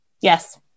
Yes